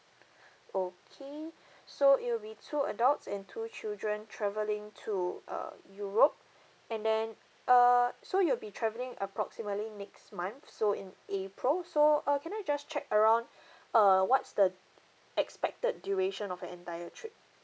okay so it will be two adults and two children travelling to uh europe and then err so you'll be travelling approximately next month so in april so uh can I just check around err what's the expected duration of the entire trip